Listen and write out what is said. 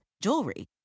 jewelry